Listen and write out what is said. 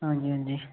हां जी हां जी